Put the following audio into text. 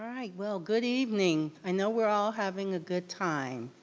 right, well, good evening. i know we're all having a good time.